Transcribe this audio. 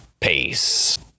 peace